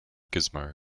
gizmo